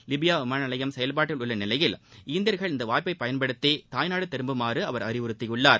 Libya விமான நிலையம் செயல்பாட்டில் உள்ள நிலையில் இந்தியா்கள் இந்த வாய்ப்பைப் பயன்படுத்தி தாய்நாடு திரும்புமாறு அவர் அறிவுறுத்தியுள்ளார்